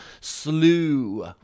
slew